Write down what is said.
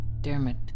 Dermot